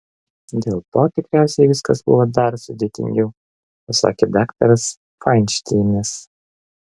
dėl to tikriausiai viskas buvo dar sudėtingiau pasakė daktaras fainšteinas